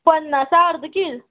पन्नासा अर्द कील